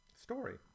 story